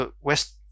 West